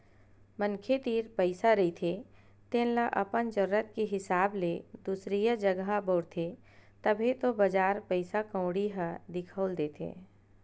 मनखे तीर पइसा रहिथे तेन ल अपन जरुरत के हिसाब ले दुसरइया जघा बउरथे, तभे तो बजार पइसा कउड़ी ह दिखउल देथे